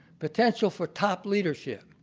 potential for top leadership.